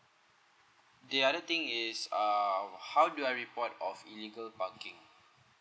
the other thing is uh how do I report of illegal parking